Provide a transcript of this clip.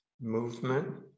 movement